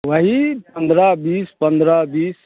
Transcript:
वही पंद्रह बीस पंद्रह बीस